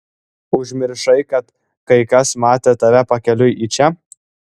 užmiršai kad kai kas matė tave pakeliui į čia